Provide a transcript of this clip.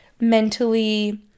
mentally